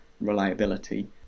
reliability